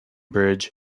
bridge